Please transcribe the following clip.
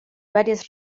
varias